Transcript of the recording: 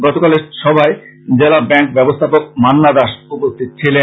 গতকালের সভায় জেলা ব্যাঙ্ক ব্যবস্থাপক মান্না দাস উপস্থিত ছিলেন